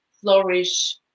flourish